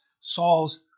Saul's